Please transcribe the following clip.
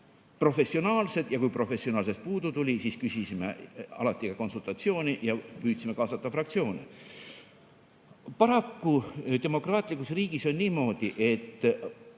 professionaalsed, ja kui professionaalsusest puudu tuli, siis küsisime alati ka konsultatsiooni ja püüdsime kaasata fraktsioone. Paraku on demokraatlikus riigis niimoodi, et